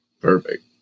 Perfect